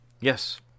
Yes